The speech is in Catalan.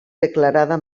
declarada